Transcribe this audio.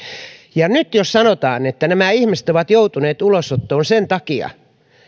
ja nyt jos sanotaan että nämä ihmiset ovat joutuneet ulosottoon sen takia